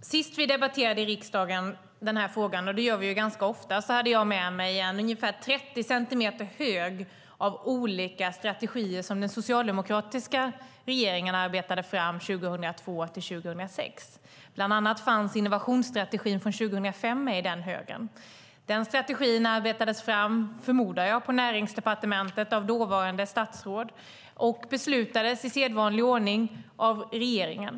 Senast när vi debatterade den här frågan i riksdagen, och det gör vi ganska ofta, hade jag med mig ungefär en 30 centimeters hög papper om olika strategier som den socialdemokratiska regeringen arbetade fram 2002-2006. Bland annat var innovationsstrategin för 2005 med i högen. Den strategin arbetades fram, förmodar jag, på Näringsdepartementet, av dåvarande statsråd och beslutades i sedvanlig ordning av regeringen.